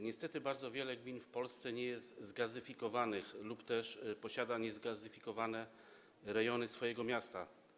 Niestety bardzo wiele gmin w Polsce nie jest zgazyfikowanych lub posiada niezgazyfikowane rejony miasta.